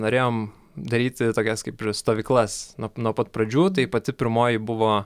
norėjom daryti tokias kaip ir stovyklas nuo nuo pat pradžių tai pati pirmoji buvo